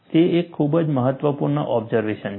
તે એક ખૂબ જ મહત્વપૂર્ણ ઓબ્ઝર્વેશન છે